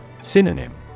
Synonym